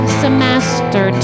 semester